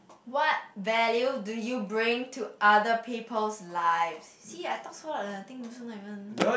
what value do you bring to other people's life see I talk so loud and I think also not even